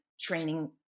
training